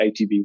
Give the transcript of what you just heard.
ATV